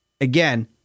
again